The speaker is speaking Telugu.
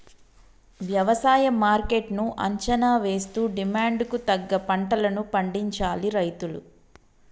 వ్యవసాయ మార్కెట్ ను అంచనా వేస్తూ డిమాండ్ కు తగ్గ పంటలను పండించాలి రైతులు